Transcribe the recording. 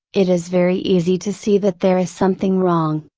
it is very easy to see that there is something wrong,